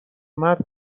مرد